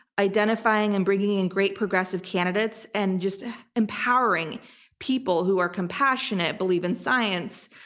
identifying and bringing in great progressive candidates, and just empowering people who are compassionate, believe in science,